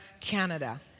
Canada